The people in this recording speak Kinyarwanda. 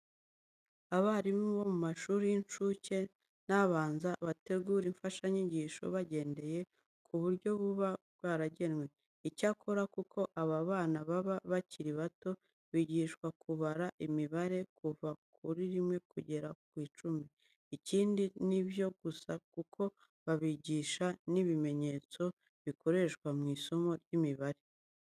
Abarimu bo mu mashuri y'incuke n'abanza, bategura imfashanyigisho bagendeye ku buryo buba byaragenwe. Icyakora kuko aba bana baba bakiri bato bigishwa kubara imibare kuva kuri rimwe kugera ku icumi. Ikindi, si ibyo gusa kuko babigisha n'ibimenyetso bikoreshwa mu isomo ry'imibare.